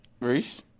Reese